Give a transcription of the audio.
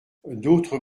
d’autres